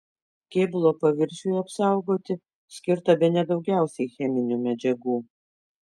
kėbulo paviršiui apsaugoti skirta bene daugiausiai cheminių medžiagų